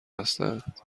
هستند